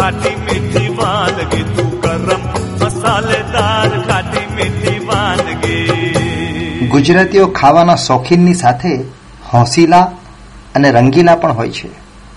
ખાટી મીઠી વાનગી તું ગરમ મસાલેદાર ખાટી મીઠી વાનગી. ગુજરાતીઓ ખાવાના શોખીનની સાથે હોંસીલા અને રંગીલા પણ હોય છે.